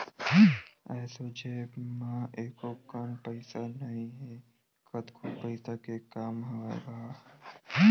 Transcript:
एसो जेब म एको कन पइसा नइ हे, कतको पइसा के काम हवय गा